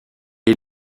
est